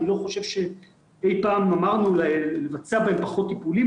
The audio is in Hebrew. אני לא חושב שאי פעם אמרנו לבצע בהם פחות טיפולים,